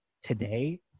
today